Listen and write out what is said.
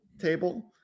table